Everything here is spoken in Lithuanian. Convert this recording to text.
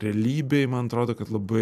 realybėj man atrodo kad labai